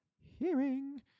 hearing